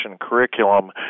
curriculum